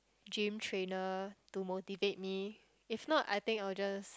gym trainer to motivate me if not I think I will just